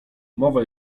mowa